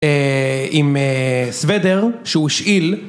עם סוודר שהוא השאיל